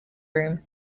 room